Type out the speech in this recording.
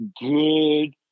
good